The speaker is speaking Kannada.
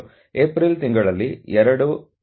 ಏಪ್ರಿಲ್ ತಿಂಗಳಲ್ಲಿ 2 ನಂತರದ ದಿನಗಳು ನಿಮಗೆ ತಿಳಿದಿವೆ